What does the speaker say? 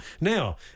Now